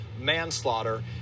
manslaughter